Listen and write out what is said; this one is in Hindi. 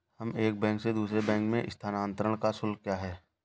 एक बैंक से दूसरे बैंक में स्थानांतरण का शुल्क क्या है?